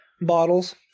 bottles